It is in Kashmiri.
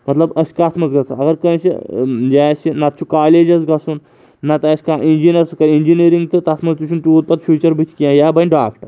مطلب أسۍ کَتھ منٛز گژھو اگر کٲنٛسہِ یہِ آسہِ نَتہٕ چھُ کالجس گژھُن نَتہٕ آسہِ کانٛہہ اِنجیٖنر سُہ کَرِ اِنجیٖنٔرِنٛگ تہٕ تَتھ منٛز تہِ چھُنہٕ تیوٗت پَتہٕ فیوٗچَر بٔتھِ کینٛہہ یا بَنہِ ڈاکٹَر